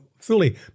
fully